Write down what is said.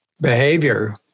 behavior